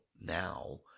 now